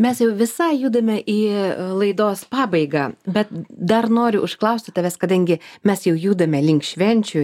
mes jau visai judame į laidos pabaigą bet dar noriu užklausti tavęs kadangi mes jau judame link švenčių